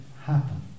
happen